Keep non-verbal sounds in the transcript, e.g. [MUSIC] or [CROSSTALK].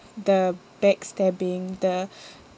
the backstabbing the [BREATH]